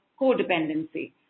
codependency